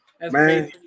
Man